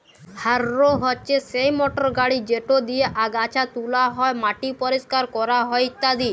harrow হছে সেই motor গাড়ি যেট দিঁয়ে আগাছা তুলা হ্যয়, মাটি পরিষ্কার ক্যরা হ্যয় ইত্যাদি